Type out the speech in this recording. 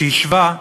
שהשווה,